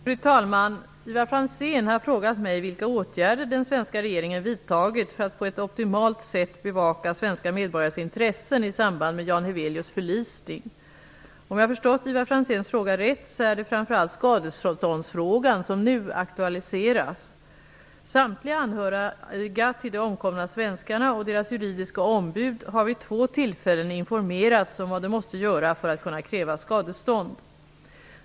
Fru talman! Ivar Franzén har frågat mig vilka åtgärder den svenska regeringen vidtagit för att på ett optimalt sätt bevaka svenska medborgares intressen i samband med Jan Heweliusz förlisning. Om jag förstått Ivar Franzéns fråga rätt så är det framför allt skadeståndsfrågan som nu aktualiseras. Samtliga anhöriga till de omkomna svenskarna och deras juridiska ombud har vid två tillfällen informerats om vad de måste göra för att kunna kräva skadestånd.